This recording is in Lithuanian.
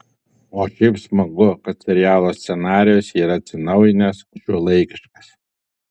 o šiaip smagu kad serialo scenarijus yra atsinaujinęs šiuolaikiškas